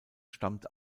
stammt